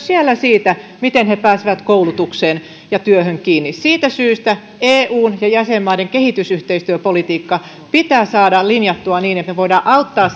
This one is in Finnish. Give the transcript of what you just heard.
siellä kiinni siitä miten he pääsevät koulutukseen ja työhön kiinni siitä syystä eun ja jäsenmaiden kehitysyhteistyöpolitiikka pitää saada linjattua niin että me voimme auttaa